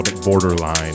borderline